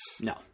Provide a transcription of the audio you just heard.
No